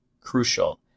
crucial